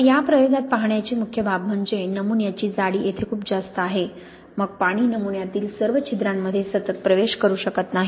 आता या प्रयोगात पाहण्याची मुख्य बाब म्हणजे नमुन्याची जाडी येथे खूप जास्त आहे मग पाणी नमुन्यातील सर्व छिद्रांमध्ये सतत प्रवेश करू शकत नाही